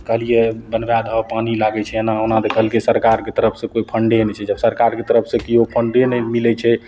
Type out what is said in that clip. कहलिए यऽ बनबै दहऽ पानी लागै छै एना ओना तऽ कहलकै सरकारके तरफसे कोइ फण्डे नहि छै जब सरकारके तरफसे कि ओ फण्डे नहि मिलै छै